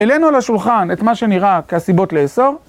העלינו על השולחן את מה שנראה כסיבות לאסור